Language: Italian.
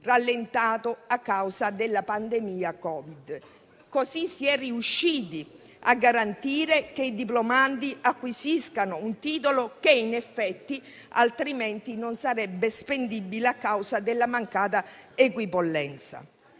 rallentato a causa della pandemia Covid. Così si è riusciti a garantire che i diplomandi acquisiscano un titolo che in effetti altrimenti non sarebbe spendibile a causa della mancata equipollenza.